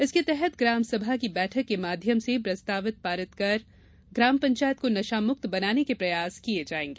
जिसके तहत ग्राम सभा की बैठक के माध्यम से प्रस्ताव पारित कर ग्राम पंचायत को नशामुक्त बनाने के प्रयास किये जायेंगे